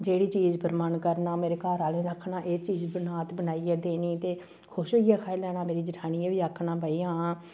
जेहड़ी चीज पर मन करना मेरे घर आह्ले ने आखना एह् चीज बनाऽ ते बनाई देनी ते खुश होइयै खाई लेना मेरी जठानी ने बी आक्खना भाई हां